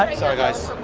sorry guys.